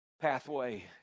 pathway